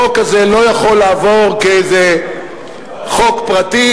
החוק הזה לא יכול לעבור כאיזה חוק פרטי,